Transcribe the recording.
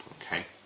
Okay